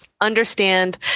understand